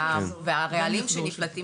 והרעלים שנפלטים